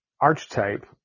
archetype